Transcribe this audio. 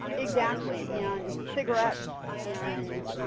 exactly and cigarettes, and